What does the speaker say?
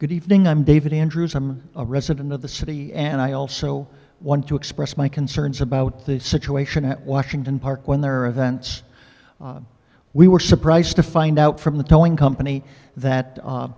good evening i'm david andrews i'm a resident of the city and i also want to express my concerns about the situation at washington park when there are events we were surprised to find out from the towing company that